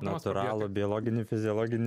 natūralų biologinį fiziologinį